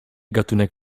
gatunek